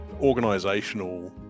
organizational